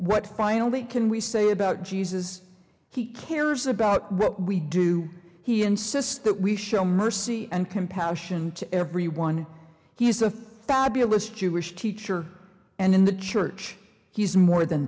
what finally can we say about jesus he cares about what we do he insists that we show mercy and compassion to everyone he's a fabulous jewish teacher and in the church he's more than